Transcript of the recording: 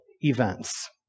events